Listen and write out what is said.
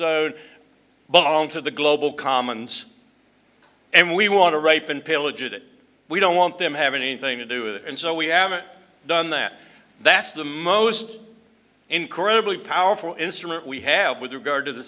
zone but on to the global commons and we want to ripen pillage it we don't want them have anything to do with it and so we haven't done that that's the most incredibly powerful instrument we have with regard to the